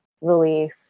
relief